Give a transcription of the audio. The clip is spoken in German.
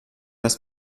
das